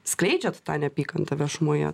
skleidžiat tą neapykantą viešumoje